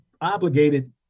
obligated